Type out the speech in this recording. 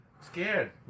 Scared